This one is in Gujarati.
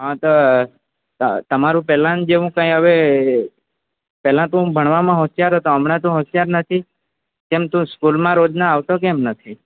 હાં તો તમારું પેલાન જેવુ કઈ હવે પેહલા તું ભણવામાં હોશિયાર હતો હમણાં તો હોશિયાર નથી કેમ તું સ્કૂલમાં રોજના આવતો કેમ નથી